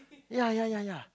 ya ya ya ya